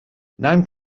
noun